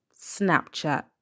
Snapchat